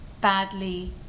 badly